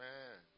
Man